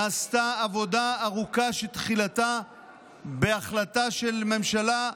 נעשתה עבודה ארוכה, שתחילתה בהחלטה של ממשלה,